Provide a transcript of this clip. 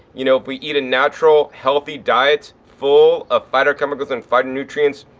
you know, if we eat a natural healthy diet full of phytochemicals and phytonutrients,